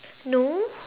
no